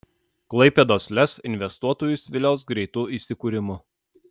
klaipėdos lez investuotojus vilios greitu įsikūrimu